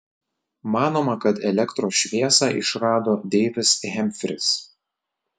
manoma kad elektros šviesą išrado deivis hemfris